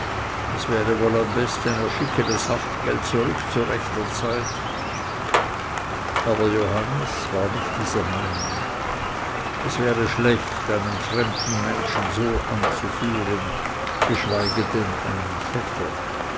es wäre wohl am besten er schicke das haftgeld zurück zu rechter zeit aber johannes war nicht dieser meinung es wäre schlecht einen fremden menschen so anzuführen geschweige dann einen vetter